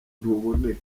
ntuboneka